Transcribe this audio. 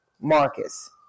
Marcus